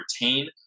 retain